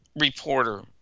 reporter